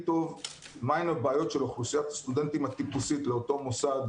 טוב מה הבעיות של אוכלוסיית הסטודנטים באותו מוסד,